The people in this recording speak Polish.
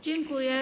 Dziękuję.